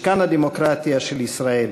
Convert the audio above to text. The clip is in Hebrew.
משכן הדמוקרטיה של ישראל.